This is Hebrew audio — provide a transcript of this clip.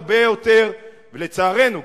לצערנו,